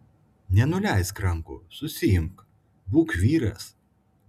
nenuleisk rankų susiimk būk vyras